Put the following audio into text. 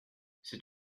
c’est